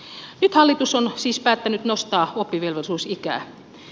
nyt hallitus on siis päättänyt nostaa oppivelvollisuusikää